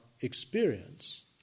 experience